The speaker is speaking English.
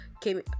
came